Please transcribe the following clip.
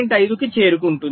5 కి చేరుకుంటుంది